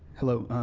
hello.